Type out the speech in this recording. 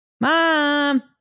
Mom